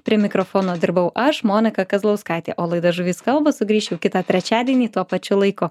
prie mikrofono dirbau aš monika kazlauskaitė o laida žuvys kalba sugrįš jau kitą trečiadienį tuo pačiu laiku